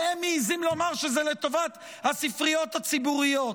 והם מעיזים לומר שזה לטובת הספריות הציבוריות.